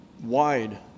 wide